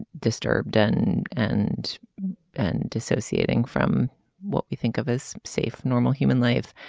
disturbed and and and dissociating from what we think of as safe normal human life.